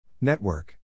Network